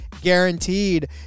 guaranteed